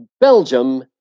Belgium